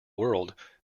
world